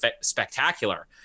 spectacular